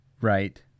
right